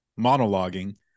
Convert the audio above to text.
monologuing